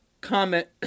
comment